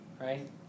right